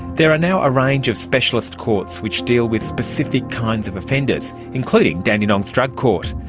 there are now a range of specialist courts which deal with specific kinds of offenders, including dandenong's drug court.